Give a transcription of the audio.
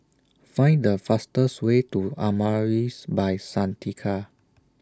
Find The fastest Way to Amaris By Santika